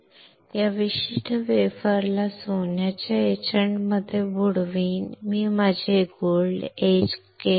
या विशिष्ट वेफरला सोन्याच्या एचंटमध्ये बुडवून मी माझे सोने एच करीन